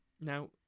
Now